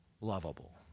lovable